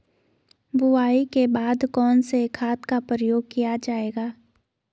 बुआई के बाद कौन से खाद का प्रयोग किया जायेगा?